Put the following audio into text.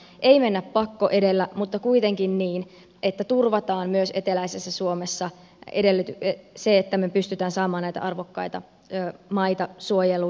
ei mennä pakko edellä mutta kuitenkin niin että turvataan myös eteläisessä suomessa se että me pystymme saamaan näitä arvokkaita maita suojeluun